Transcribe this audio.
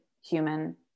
human